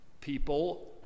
people